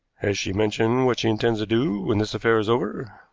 has she mentioned what she intends to do when this affair is over?